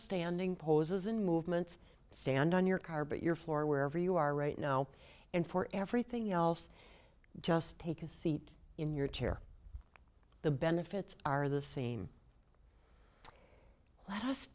standing poses and movements stand on your car but your floor wherever you are right now and for everything else just take a seat in your chair the benefits are the same l